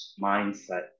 mindset